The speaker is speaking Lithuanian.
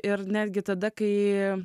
ir netgi tada kai